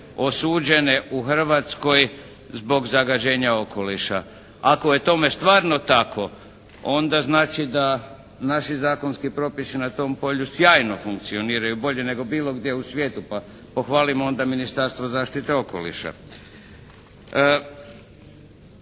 osuđene u Hrvatskoj zbog zagađenja okoliša. Ako je tome stvarno tako onda znači da naši zakonski propisi na tom polju sjajno funkcioniraju bolje nego bilo gdje u svijetu, pa pohvalimo onda Ministarstvo zaštite okoliša.